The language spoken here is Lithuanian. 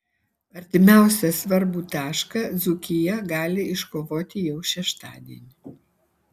artimiausią svarbų tašką dzūkija gali iškovoti jau šeštadienį